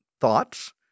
thoughts